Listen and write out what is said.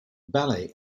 ballet